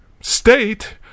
state